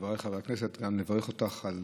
חבריי חברי הכנסת, אני גם מברך אותך על